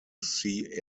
see